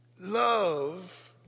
love